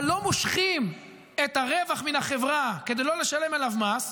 אבל לא מושכים את הרווח מן החברה כדי לא לשלם עליו מס,